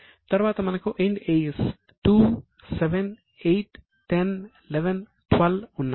తర్వాత మనకు Ind AS 2 7 8 10 11 12 ఉన్నాయి